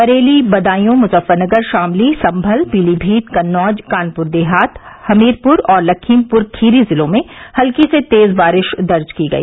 बरेली बदायू मुजफ्फरनगर शामली संभल पीलीभीत कन्नौज कानपुर देहात हमीरपुर और लखीमपुर खीरी जिलों में हल्की से तेज बारिश दर्ज की गई